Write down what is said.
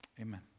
Amen